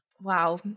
Wow